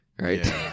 Right